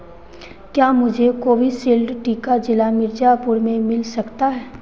क्या मुझे कोविसील्ड टीका जिला मिर्ज़ापुर में मिल सकता है